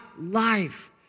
life